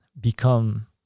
become